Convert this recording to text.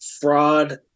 fraud